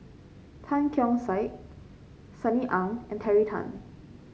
Tan Keong Saik Sunny Ang and Terry Tan